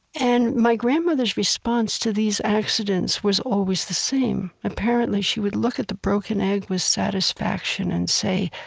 and my grandmother's response to these accidents was always the same. apparently, she would look at the broken egg with satisfaction and say,